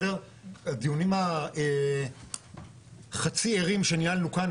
הדיונים החצי ערים שניהלנו כאן,